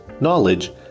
knowledge